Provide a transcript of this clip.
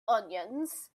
onions